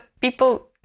people